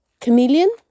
chameleon